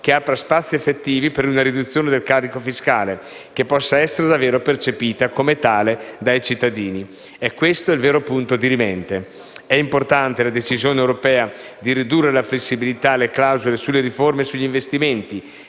che apra spazi effettivi per una riduzione del carico fiscale e che possa essere davvero percepita come tale dai cittadini. È questo il vero punto dirimente. È importante la decisione europea di ridurre la flessibilità delle clausole sulle riforme e sugli investimenti;